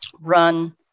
run